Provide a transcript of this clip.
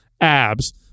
abs